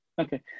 Okay